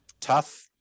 Tough